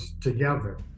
together